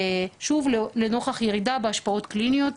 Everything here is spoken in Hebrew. התשפ"ג-2023.